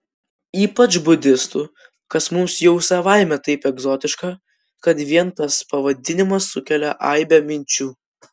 ypač budistų kas mums jau savaime taip egzotiška kad vien tas pavadinimas sukelia aibę minčių